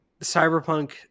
Cyberpunk